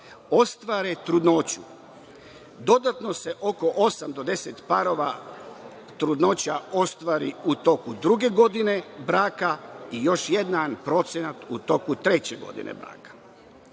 ostvare trudnoću. Dodatno se oko 8 do 10 parova trudnoća ostvari u toku druge godine braka i još jedan procenat u toku treće godine braka.